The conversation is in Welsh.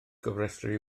gofrestru